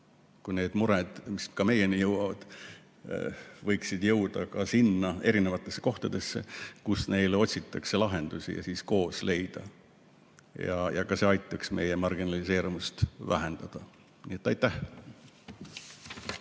Need mured, mis meieni jõuavad, võiksid jõuda ka sinna erinevatesse kohtadesse, kus neile otsitakse lahendusi, et need koos leida. Ka see aitaks meie marginaliseerumist vähendada. Nii et aitäh!